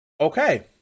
Okay